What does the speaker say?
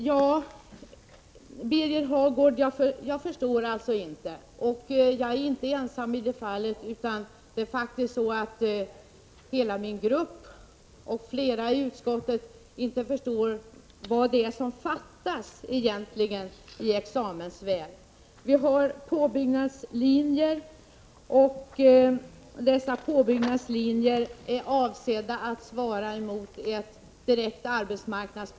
Jag är inte ensam om, Birger Hagård, att inte förstå vad det är som fattas i examensväg, utan det gäller hela min grupp och flera andra i utskottet. Det finns påbyggnadslinjer som är avsedda att svara mot ett direkt behov på arbetsmarknaden.